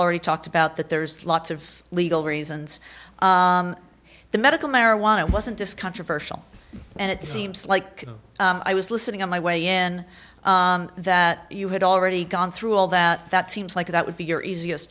already talked about that there's lots of legal reasons the medical marijuana wasn't this controversial and it seems like i was listening on my way in that you had already gone through all that that seems like that would be your easiest